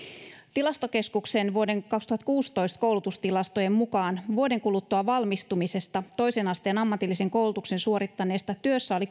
tilastokeskuksen vuoden kaksituhattakuusitoista koulutustilastojen mukaan vuoden kuluttua valmistumisesta toisen asteen ammatillisen koulutuksen suorittaneista työssä oli